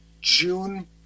June